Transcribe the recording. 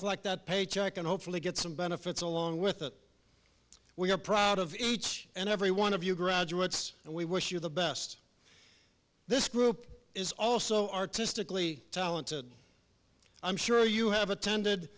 collect that paycheck and hopefully get some benefits along with it we are proud of each and every one of you graduates and we wish you the best this group is also artistically talented i'm sure you have attended